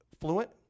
fluent